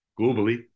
globally